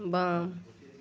वाम